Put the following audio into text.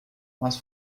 mas